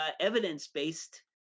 evidence-based